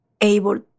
able